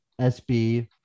SB